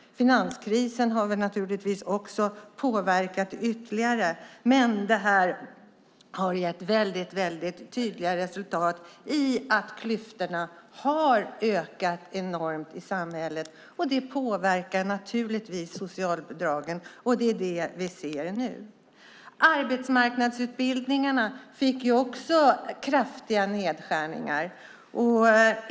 Finanskrisen har naturligtvis påverkat det ytterligare, men det här har gett väldigt tydliga resultat i att klyftorna har ökat enormt i samhället. Det påverkar socialbidragen. Det är det vi ser nu. Arbetsmarknadsutbildningarna fick också kraftiga nedskärningar.